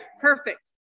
perfect